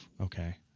Okay